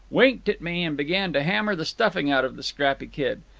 winked at me, and began to hammer the stuffing out of the scrappy kid.